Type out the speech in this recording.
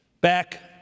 back